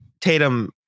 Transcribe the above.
Tatum